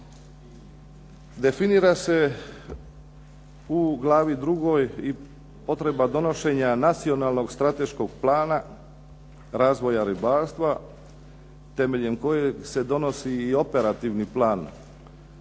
Definira se u glavi drugoj i potreba donošenja nacionalnog strateškog plana razvoja ribarstva temeljem kojeg se donosi i operativni plan,